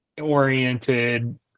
oriented